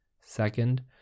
Second